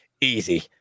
Easy